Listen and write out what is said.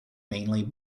mainly